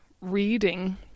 reading